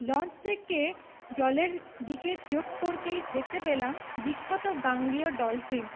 launch থেকে জলের দিকে চোখ পড়তেই দেখতে পেলাম বিখ্যাত গাঙ্গেয় ডলফিন